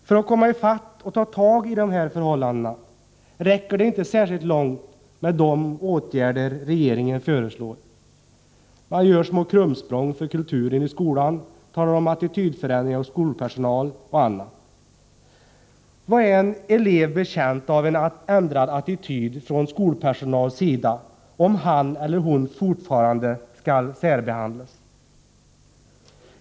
För att komma i fatt och ta tag i dessa förhållanden räcker det inte särskilt långt med de åtgärder regeringen föreslår. Man gör små krumsprång för kulturen i skolan och talar om attitydförändringar hos skolpersonal och annat. På vilket sätt är en elev betjänt av en ändrad attityd från skolpersonalens sida, om han eller hon fortfarande skall särbehandlas?